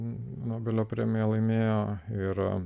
nobelio premiją laimėjo yra